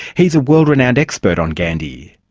he's a world-renowned expert on gandhi.